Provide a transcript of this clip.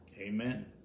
Amen